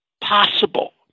possible